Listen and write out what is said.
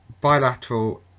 bilateral